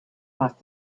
must